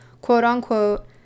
quote-unquote